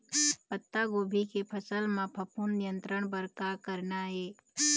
पत्तागोभी के फसल म फफूंद नियंत्रण बर का करना ये?